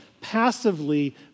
passively